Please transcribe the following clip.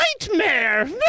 nightmare